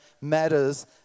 matters